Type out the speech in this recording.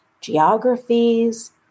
geographies